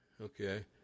Okay